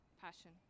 passion